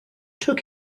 took